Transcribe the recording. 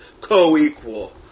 Co-equal